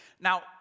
Now